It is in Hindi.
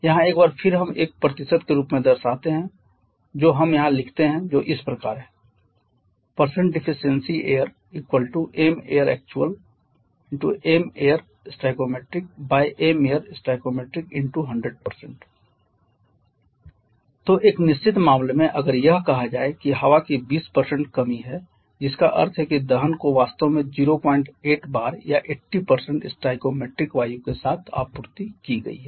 यहाँ एक बार फिर हम एक प्रतिशत के रूप में दर्शाते हैं जो हम यहाँ लिखते हैं जो कि इस प्रकार है dificiency airmairactual mairstoimairstoi100 तो एक निश्चित मामले में अगर यह कहा जाए कि हवा की 20 कमी है जिसका अर्थ है कि दहन को वास्तव में 08 बार या 80 स्टोइकोमेट्रिक वायु के साथ आपूर्ति की गई है